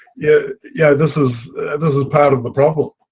yeah yeah this is this is part of the problem.